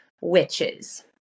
Witches